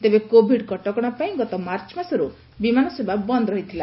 ତେବେ କୋଭିଡ କଟକଣା ପାଇଁ ଗତ ମାର୍ଚ୍ଚ ମାସରୁ ବିମାନ ସେବା ବନ୍ଦ ରହିଥିଲା